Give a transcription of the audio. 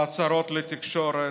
בהצהרות לתקשורת,